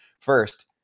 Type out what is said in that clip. First